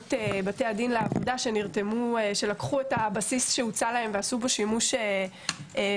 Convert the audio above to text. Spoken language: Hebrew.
באמצעות בתי הדין לעבודה שלקחו את הבסיס שהוצע להם ועשו בו שימוש נרחב